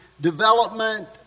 development